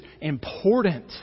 important